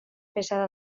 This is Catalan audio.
pesada